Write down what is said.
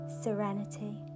serenity